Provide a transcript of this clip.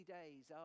days